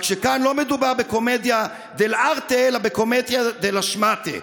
רק שכאן לא מדובר בקומדיה דל'ארטה אלא בקומדיה דה לה שמאטה,